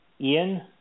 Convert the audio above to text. Ian